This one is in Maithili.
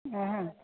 अहाँ